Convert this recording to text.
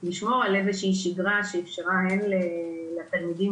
לשמור על איזו שהיא שגרה שאפשרה לנו הן לתת לתלמידים